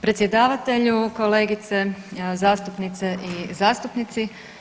Predsjedavatelju, kolegice zastupnice i zastupnici.